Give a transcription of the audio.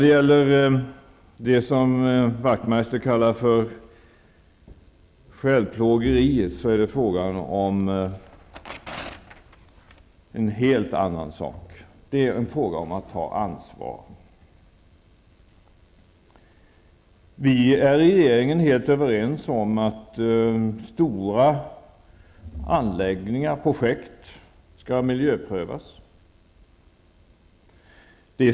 Det som Ian Wachtmeister kallar för självplågeriet gäller en helt annan sak. Det är en fråga om att ta ansvar. Vi är i regeringen helt överens om att stora anläggningar och projekt skall miljöprövas.